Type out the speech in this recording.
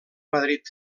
madrid